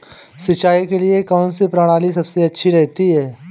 सिंचाई के लिए कौनसी प्रणाली सबसे अच्छी रहती है?